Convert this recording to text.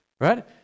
right